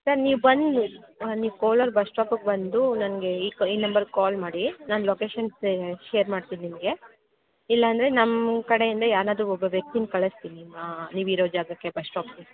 sir ನೀವು ಬನ್ನಿ ನೀವು ಕೋಲಾರ ಬಸ್ಸ್ಟಾಪ್ಗೆ ಬಂದು ನನಗೆ ಈ ಈ ನಂಬರ್ಗೆ ಕಾಲ್ ಮಾಡಿ ನಾನು ಲೊಕೇಶನ್ ಶೇರ್ ಮಾಡ್ತೀನಿ ನಿಮಗೆ ಇಲ್ಲಾಂದ್ರೆ ನಮ್ಮ ಕಡೆಯಿಂದ ಯಾರನ್ನಾದ್ರು ಒಬ್ಬ ವ್ಯಕ್ತೀನ ಕಳಿಸ್ತೀನಿ ನೀ ನೀವಿರೋ ಜಾಗಕ್ಕೆ ಬಸ್ಶ್ಟಾಪ್ಗೆ